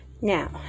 Now